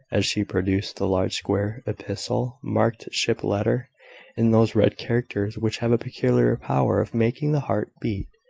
and she produced the large square epistle, marked ship letter in those red characters which have a peculiar power of making the heart beat.